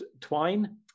Twine